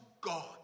God